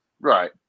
Right